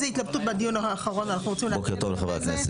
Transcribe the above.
בדיון האחרון עלתה התלבטות ואנחנו רוצים לומר אותה.